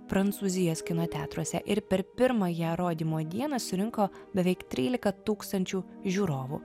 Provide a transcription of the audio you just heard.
prancūzijos kino teatruose ir per pirmąją rodymo dieną surinko beveik tryliką tūkstančių žiūrovų